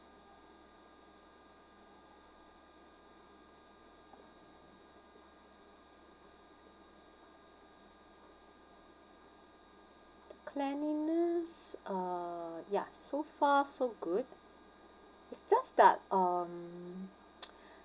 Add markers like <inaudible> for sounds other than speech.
cleanliness uh ya so far so good it's just that um <noise>